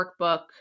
workbook